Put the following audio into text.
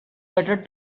better